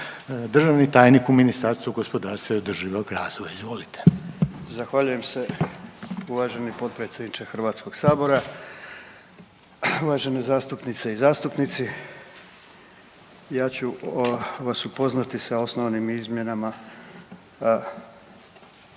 državni tajnik u Ministarstvu gospodarstva i održivog razvoja. Izvolite. **Horvat, Mile (SDSS)** Zahvaljujem se uvaženi potpredsjedniče Hrvatskog sabora, uvažene zastupnice i zastupnici. Ja ću vas upoznati sa osnovnim izmjenama